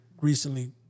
recently